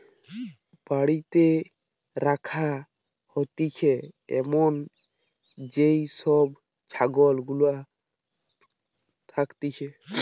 বাড়িতে রাখা হতিছে এমন যেই সব ছাগল গুলা থাকতিছে